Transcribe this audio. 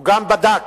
הוא גם בדק,